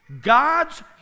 god's